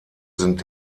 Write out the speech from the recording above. sind